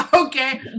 Okay